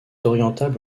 orientable